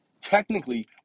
Technically